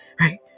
right